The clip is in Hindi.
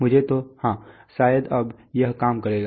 मुझे तो हाँ शायद अब यह काम करेगा